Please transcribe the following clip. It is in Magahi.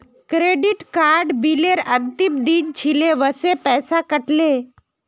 क्रेडिट कार्ड बिलेर अंतिम दिन छिले वसे पैसा कट ले